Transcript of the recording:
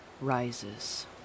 rises